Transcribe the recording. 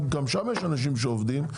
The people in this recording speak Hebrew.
גם שם יש אנשים שעובדים,